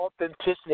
authenticity